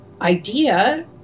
idea